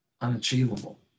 unachievable